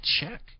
check